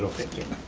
thank you.